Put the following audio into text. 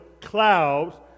clouds